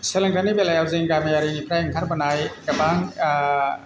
सोलोंथायनि बेलायाव जोंनि गामियारिनिफ्राय ओंखारबोनाय गोबां